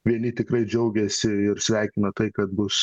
vieni tikrai džiaugiasi ir sveikina tai kad bus